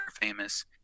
famous